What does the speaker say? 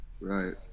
Right